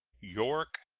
york,